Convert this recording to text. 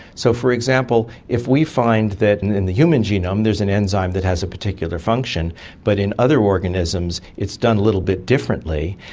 so, for example, if we find that in the human genome there is an enzyme that has a particular function but in other organisms it's done a little bit differently,